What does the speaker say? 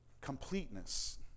completeness